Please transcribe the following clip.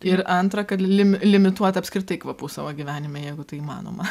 ir antra kad limi limituot apskritai kvapų savo gyvenime jeigu tai įmanoma